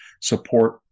support